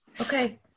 Okay